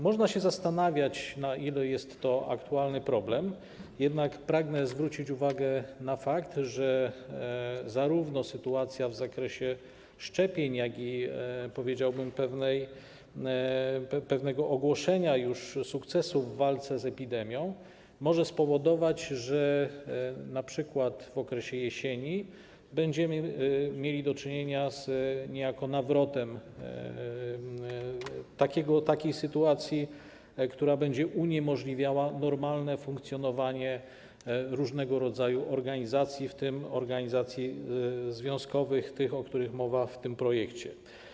Można się zastanawiać, na ile jest to aktualny problem, jednak pragnę zwrócić uwagę na fakt, że zarówno sytuacja w zakresie szczepień, jak i, powiedziałbym, pewnego ogłoszenia sukcesu w walce z epidemią może spowodować, że np. w okresie jesieni będziemy mieli do czynienia z niejako nawrotem sytuacji, która będzie uniemożliwiała normalne funkcjonowanie różnego rodzaju organizacji, w tym organizacji związkowych, tych, o których mowa w tym projekcie.